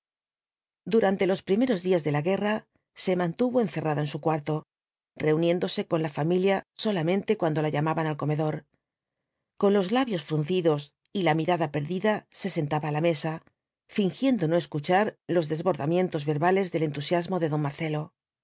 durante los primeros días de la guerra se mantuvo encerrada en su cuarto reuniéndose con la familia solamente cuando la llamaban al comedor con los labios fruncidos y la mirada perdida se sentaba á la mesa fingiendo no escuchar los desbordamientos verbales del entusiasmo de don marcelo